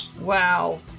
Wow